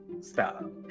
stop